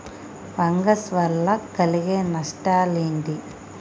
Fungal వల్ల కలిగే నష్టలేంటి?